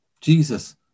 Jesus